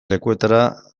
lekuetara